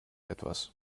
etwas